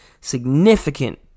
significant